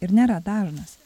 ir nėra dažnas